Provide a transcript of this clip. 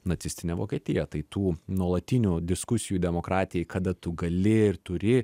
nacistinę vokietiją tai tų nuolatinių diskusijų demokratijai kada tu gali ir turi